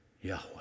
Yahweh